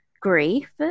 grief